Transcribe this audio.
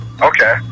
Okay